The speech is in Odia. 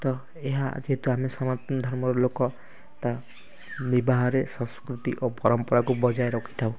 ତ ଏହା ଯେହେତୁ ଆମେ ସନାତନ ଧର୍ମର ଲୋକ ତ ବିବାହରେ ସଂସ୍କୃତି ଓ ପରମ୍ପରାକୁ ବଜାୟ ରଖିଥାଉ